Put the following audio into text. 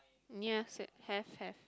ya sad have have